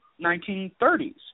1930s